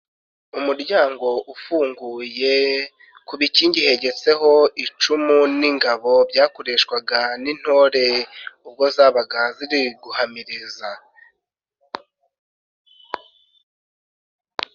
Umuryango ufunguye ku bikingi hegetseho icumu n'ingabo byakoreshwaga n'intore ubwo zabaga ziri guhamiriza